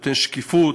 נותן שקיפות,